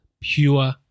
pure